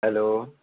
hello